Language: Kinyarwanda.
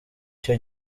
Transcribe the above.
cyo